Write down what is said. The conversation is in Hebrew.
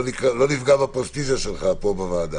לא נפגע בפרסטיז'ה שלך פה בוועדה.